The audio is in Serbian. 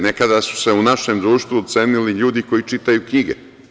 Nekada su se u našem društvu cenili ljudi koji čitaju knjige.